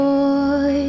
Boy